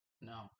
No